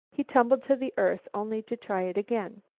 he tumbled to the earth, only to try it again.